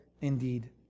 indeed